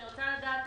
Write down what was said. אני רוצה לדעת,